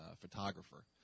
photographer